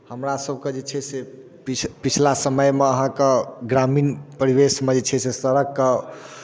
हमरासभके जे छै से पछि पछिला समयमे अहाँके ग्रामीण परिवेशमे जे छै से सड़कके